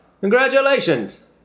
Congratulations